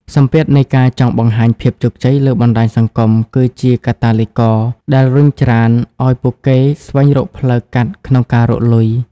សម្ពាធនៃការចង់បង្ហាញភាពជោគជ័យលើបណ្តាញសង្គម គឺជាកាតាលីករដែលរុញច្រានឱ្យពួកគេស្វែងរកផ្លូវកាត់ក្នុងការរកលុយ។